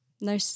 no